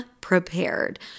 prepared